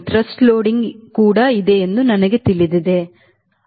ಇಲ್ಲಿ ಒತ್ತಡ ಲೋಡಿಂಗ್ ಇದೆ ಎಂದು ನನಗೆ ತಿಳಿದಿದೆ ಸರಿ